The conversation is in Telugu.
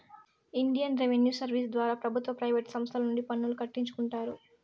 ఇండియన్ రెవిన్యూ సర్వీస్ ద్వారా ప్రభుత్వ ప్రైవేటు సంస్తల నుండి పన్నులు కట్టించుకుంటారు